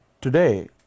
Today